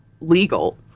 legal